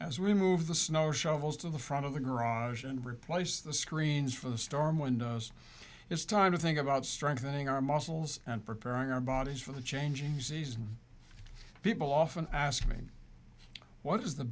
as we move the snow shovels to the front of the garage and replace the screens for the storm windows it's time to think about strengthening our muscles and preparing our bodies for the changing season people often ask me what is the